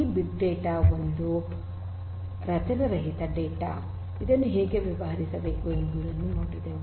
ಈ big data ಒಂದು ರಚನೆರಹಿತ ಡೇಟಾ ಇದನ್ನು ಹೇಗೆ ವ್ಯವಹರಿಸಬೇಕು ಎಂಬುದನ್ನು ನೋಡಿದೆವು